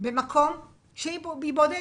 במקום בודד.